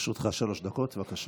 לרשותך שלוש דקות, בבקשה.